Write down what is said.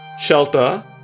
shelter